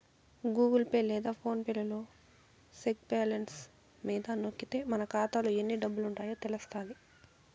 Google Pay లేదా PhonePe లలో check balance మీద నొక్కితే మన కాతాలో ఎన్ని డబ్బులుండాయో తెలస్తాది